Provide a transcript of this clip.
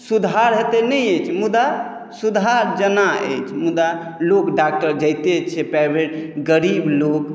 सुधार एतेक नहि अछि मुदा सुधार जेना अछि मुदा लोक डॉक्टर जाइते छै प्राइवेट गरीब लोक